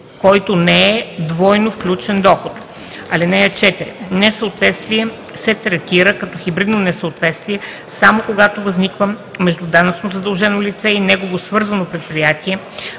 който не е двойно включен доход. (4) Несъответствие се третира като хибридно несъответствие само когато възниква между данъчно задължено лице и негово свързано предприятие,